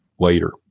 later